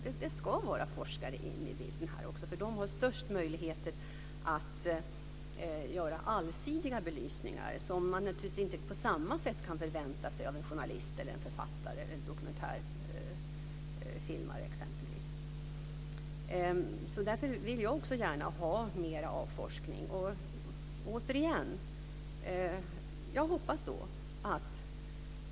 Det ska vara forskare inne i bilden också här. De har störst möjligheter att göra allsidiga belysningar, som man naturligtvis inte på samma sätt kan förvänta sig av en journalist, författare eller dokumentärfilmare, exempelvis. Därför vill jag också gärna ha mer av forskning. Jag hoppas återigen att det kommer att ske.